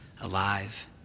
alive